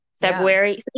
February